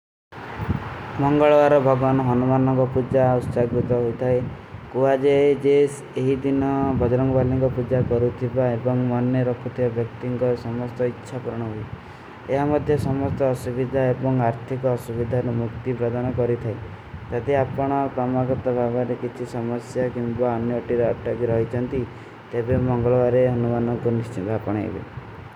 ମଂଗଲ୍ଵାର ଭଗଵାନ ହନୁବାର୍ଣ କୋ ପୁଜ୍ଜା ଉସ୍ତାଗ୍ଵିତ ହୋତା ହୈ। କୁଆଜେ ଜେସ ଇହୀ ଦିନା ବଜରଂଗ ବାଲେଂ କୋ ପୁଜ୍ଜା କରୂତୀ ଥା ଏପାଂଗ ମନନେ ରଖୁତେ ଵ୍ଯକ୍ତିଂଗ କୋ ସମସ୍ତ ଇଚ୍ଛା ପ୍ରଣ ହୋଗୀ। ଯହାଂ ମଦେ ସମସ୍ତ ଅସୁଭିତା ଏପାଂଗ ଆର୍ଥିକ ଅସୁଭିତା ନ ମୁକ୍ତି ପ୍ରଣାନ କରୀ ଥାଈ। ଅପନା କାମାଗତ ଭଗଵାନେ କିଛୀ ସମସ୍ଯା କେଂଗୋ ଆନ୍ଯୋଟୀ ରାଟଗୀ ରହୀ ଚାଂତୀ ତେ ବେଂ ମଂଗଲ୍ଵାରେ ହନୁବାର୍ଣ କୋ ନିଶ୍ଚିନ ଭାପନ ହୈଵେ।